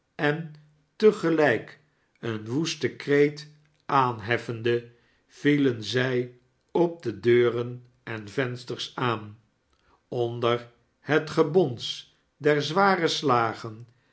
en te gehjk een woesten kreet aanheftende vielen zij op de deuren en vensters aan onder het gebons der zware slagen